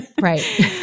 Right